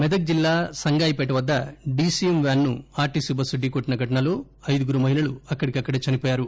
మెదక్ జిల్లా సంగాయిపేట వద్ద DCM van ను ఆర్టీసీ బస్సు డీకొట్లిన ఘటనలో ఐదుగురు మహిళలు అక్కడికక్కడే చనిపోయారు